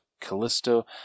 Callisto